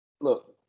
Look